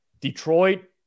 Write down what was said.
Detroit